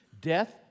Death